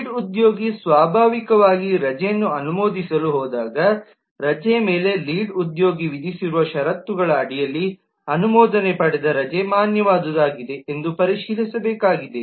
lead ಉದ್ಯೋಗಿ ಸ್ವಾಭಾವಿಕವಾಗಿ ರಜೆಯನ್ನು ಅನುಮೋದಿಸಲು ಹೋದಾಗ ರಜೆ ಮೇಲೆ ಲೀಡ್ ಉದ್ಯೋಗಿ ವಿಧಿಸಿರುವ ಷರತ್ತುಗಳ ಅಡಿಯಲ್ಲಿ ಅನುಮೋದನೆ ಪಡೆದ ರಜೆ ಮಾನ್ಯವಾದುದಾಗಿದೆ ಎಂದು ಪರಿಶೀಲಿಸಬೇಕಾಗುತ್ತದೆ